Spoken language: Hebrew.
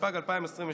התשפ"ג 2022,